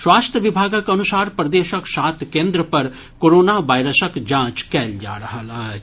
स्वास्थ्य विभागक अनुसार प्रदेशक सात केन्द्र पर कोरोना वायरसक जांच कयल जा रहल अछि